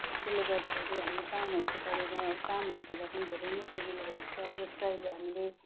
त्यसले गर्दाखेरि हाम्रो कामहरूको बारेमा कामहरू गर्दा पनि धेरै नै सजिलो भएको छ र जस्तै अहिले हामीले